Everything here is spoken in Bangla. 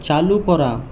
চালু করা